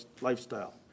lifestyle